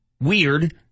weird